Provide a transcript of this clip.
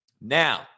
Now